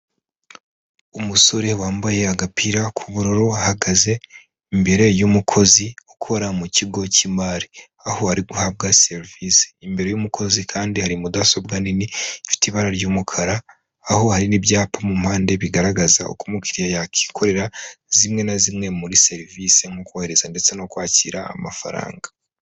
Umusore wambaye agapira k'ubururu ahahagaze imbere y'umukozi ukora mu kigo cy'imari, aho ari guhabwa serivise. Imbere y'umukozi kandi hari mudasobwa nini ifite ibara ry'umukara, aho hari n'ibyapa mu mpande bigaragaza uko umukiriya yakwikorera zimwe na zimwe muri serivise, nko korohereza ndetse no kwakira amafaranga.